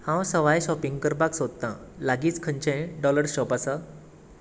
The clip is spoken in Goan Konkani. हांव सवाय शॉपिंगांक करपाक सोदतां लागींच खंयचेंय डॉलर शॉप आसा